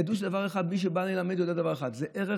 ידעו דבר אחד, מי שבא ללמד יודע דבר אחד: זה ערך.